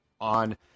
on